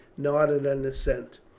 nodded an assent.